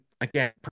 again